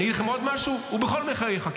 אני אגיד לכם עוד משהו, הוא בכל מקרה ייחקר.